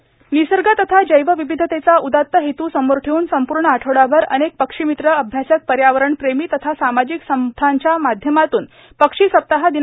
पक्षी सप्ताह निसर्ग तथा जैवविविधतेचा उदात हेतू समोर ठेवून संपूर्ण आठवडाभर अनेक पक्षीमित्र अभ्यासक पर्यावरण प्रेमी तथा सामाजिक संस्थांच्या माध्यमातून पक्षी सप्ताह दि